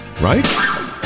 right